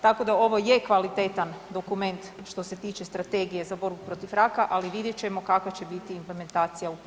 Tako da ovo je kvalitetan dokument što se tiče Strategije za borbu protiv raka, ali vidjeti ćemo kakva će biti implementacija u praksi.